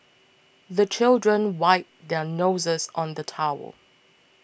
the children wipe their noses on the towel